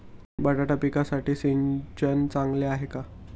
वाटाणा पिकासाठी सिंचन चांगले आहे का?